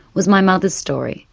was my mother's story.